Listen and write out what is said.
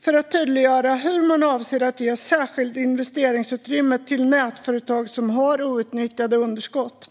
för att tydliggöra hur man avser att ge särskilt investeringsutrymme till nätföretag som har outnyttjade underskott.